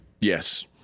Yes